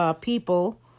people